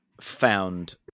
found